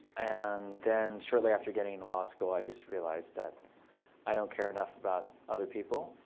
and then shortly after getting into law school, i just realized that i don't care enough about other people.